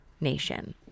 nation